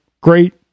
great